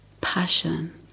passion